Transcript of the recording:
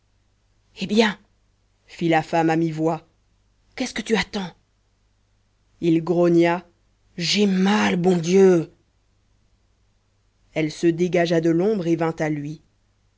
eh bien fit la femme à mi-voix qu'est-ce que tu attends il grogna j'ai mal bon dieu elle se dégagea de l'ombre et vint à lui